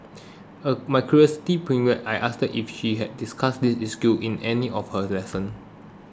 my curiosity piqued I asked if she had discussed this issue in any of her lesson